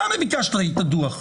אתה ביקשת את הדוח.